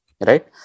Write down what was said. right